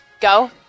Go